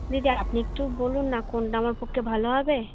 দিদি আপনি একটু বলুন না কোনটা আমার পক্ষে ভালো হবে